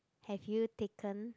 have you taken